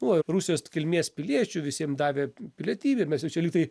o ir rusijos kilmės piliečių visiem davė pilietybę mes jau čia lygtai